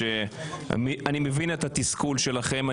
אני מבין את התסכול שלכם,